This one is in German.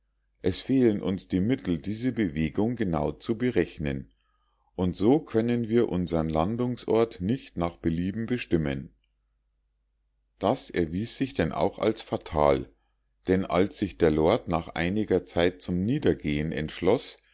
es fehlen uns die mittel diese bewegung genau zu berechnen und so können wir unsern landungsort nicht nach belieben bestimmen das erwies sich denn auch als fatal denn als sich der lord nach einiger zeit zum niedergehen entschloß